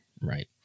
Right